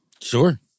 Sure